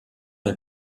nel